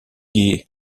guy